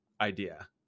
idea